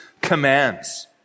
commands